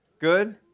Good